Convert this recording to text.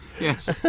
Yes